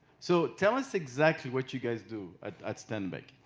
so tell us exactly what you guys do at standard bank?